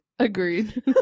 Agreed